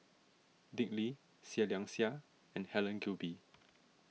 Dick Lee Seah Liang Seah and Helen Gilbey